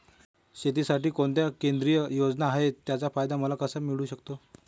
शेतीसाठी कोणत्या केंद्रिय योजना आहेत, त्याचा फायदा मला कसा मिळू शकतो?